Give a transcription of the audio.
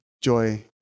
joy